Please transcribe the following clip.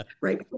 right